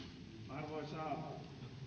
arvoisa